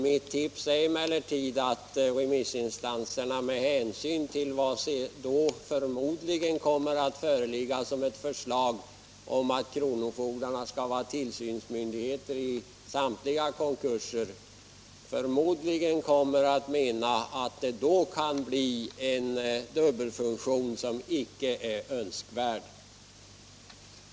Mitt tips är emellertid att remissinstanserna, med hänsyn till att det då förmodligen kommer att föreligga ett förslag om att kronofogdarna skall vara tillsynsmyndigheter i samtliga konkurser, kommer att mena att det kan bli en dubbelfunktion som icke är önskvärd.